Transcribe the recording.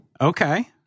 Okay